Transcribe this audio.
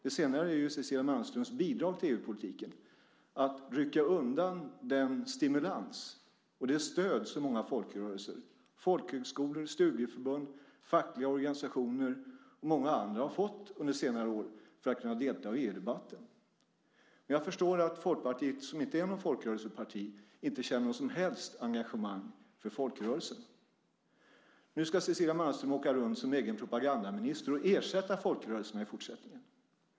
Det senare är Cecilia Malmströms bidrag till EU-politiken, att rycka undan den stimulans och det stöd som många folkrörelser, folkhögskolor, studieförbund, fackliga organisationer och många andra har fått under senare år för att kunna delta i EU-debatten. Men jag förstår att Folkpartiet, som inte är något folkrörelseparti, inte känner något som helst engagemang för folkrörelserna. Nu ska Cecilia Malmström åka runt som en egen propagandaminister och ersätta folkrörelserna i fortsättningen.